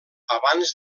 abans